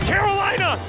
Carolina